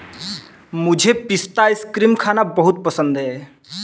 मुझे पिस्ता आइसक्रीम खाना बहुत पसंद है